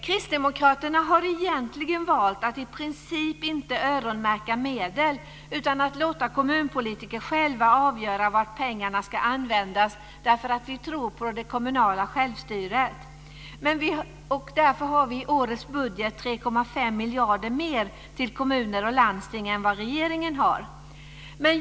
Kristdemokraterna har egentligen valt att i princip inte öronmärka medel utan låta kommunpolitiker själva avgöra var pengarna ska användas, detta eftersom vi tror på det kommunala självstyret. Därför har vi i årets budget 3,5 miljarder mer till kommuner och landsting än vad regeringen har.